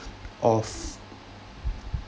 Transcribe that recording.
of